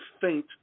faint